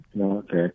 Okay